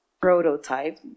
prototype